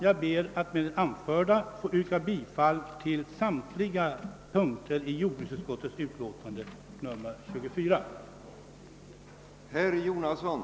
Jag ber med det anförda få yrka bifall till utskottets hemställan på samtliga punkter.